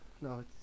No